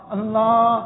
Allah